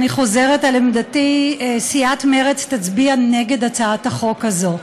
אני חוזרת על עמדתי: סיעת מרצ תצביע נגד הצעת החוק הזאת.